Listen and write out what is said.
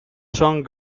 song